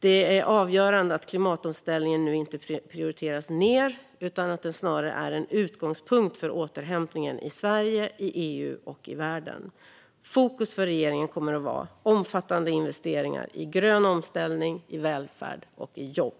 Det är avgörande att klimatomställningen nu inte prioriteras ned utan att den snarare är en utgångspunkt för återhämtningen i Sverige, i EU och i världen. Fokus för regeringen kommer att vara omfattande investeringar i grön omställning, välfärd och jobb.